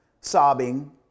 sobbing